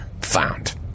found